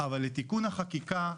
אבל לתיקון החקיקה,